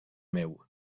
meu